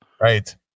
Right